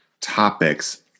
topics